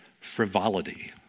frivolity